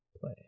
play